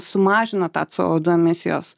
sumažina tą c o du emisijos